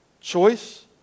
Choice